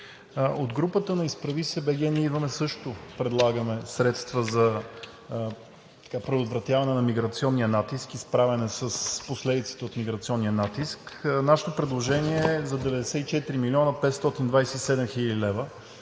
От групата на „Изправи се БГ! Ние идваме!“ също предлагаме средства за предотвратяване на миграционния натиск и справяне с последиците от миграционния натиск. Нашето предложение е за 94 млн. 527 хил. лв.,